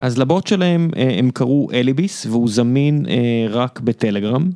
אז לבוט שלהם הם קראו אליביס והוא זמין רק בטלגרם